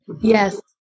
yes